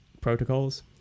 protocols